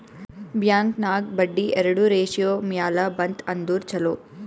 bank ನಾಗ್ ಬಡ್ಡಿ ಎರಡು ratio ಮ್ಯಾಲ ಬಂತ್ ಅಂದುರ್ ಛಲೋ